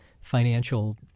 financial